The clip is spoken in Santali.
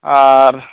ᱟᱨ